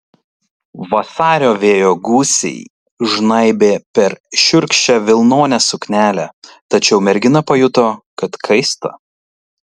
vasario vėjo gūsiai žnaibė per šiurkščią vilnonę suknelę tačiau mergina pajuto kad kaista